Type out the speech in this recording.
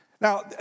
Now